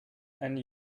and